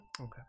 Okay